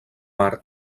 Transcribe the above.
mar